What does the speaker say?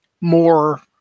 more